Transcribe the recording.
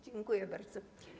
Dziękuję bardzo.